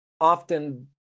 often